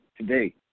today